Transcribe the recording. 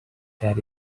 that